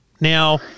Now